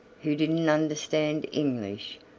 who didn't understand english,